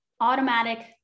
automatic